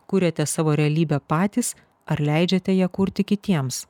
kuriate savo realybę patys ar leidžiate ją kurti kitiems